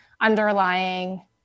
underlying